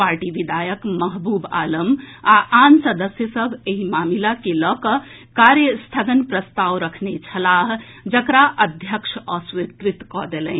party विधायक महबूब आलम आ आन सदस्य सभ एहि मामिला के लऽ कऽ कार्यस्थगन प्रस्ताव रखने छलाह जकरा अध्यक्ष अस्वीकृत कऽ देलनि